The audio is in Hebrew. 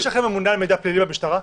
יש לכם ממונה על מידע פלילי במשטרה?